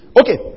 Okay